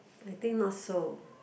I think not so